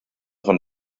von